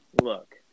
Look